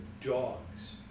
dogs